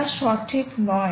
যা সঠিক নয়